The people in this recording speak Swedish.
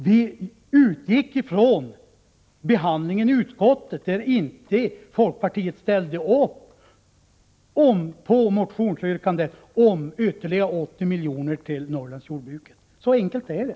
Vi utgick ifrån behandlingen i utskottet, där folkpartiet inte ställde upp för motionsyrkandet om ytterligare 80 milj.kr. till Norrlands jordbrukare. Så enkelt är det.